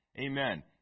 Amen